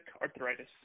arthritis